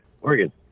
Oregon